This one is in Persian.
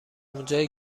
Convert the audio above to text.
اونجایی